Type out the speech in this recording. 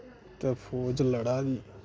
ते फौज लड़ा दी